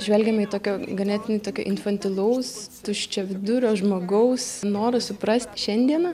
žvelgiame į tokio ganėtinai tokio infantilaus tuščiavidurio žmogaus norą suprast šiandieną